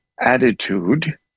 attitude